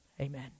Amen